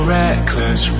reckless